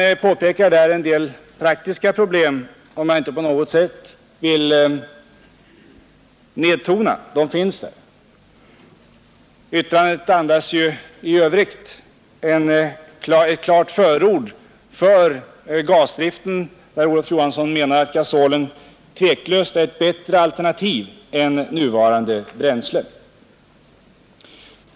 Han pekar på en del praktiska problem som skulle uppstå vid övergång till gasdrift. Jag vill inte på något sätt nedtona dem. Yttrandet andas i övrigt ett klart förord för gasdriften. Olof Johansson menar att ”gasolen tveklöst är ett bättre alternativ än nuvarande bränsle”.